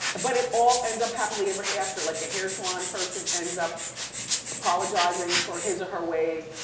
but it all ends up happily ever after, like the hair salon person ends up apologizing for his or her ways,